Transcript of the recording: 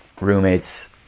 roommates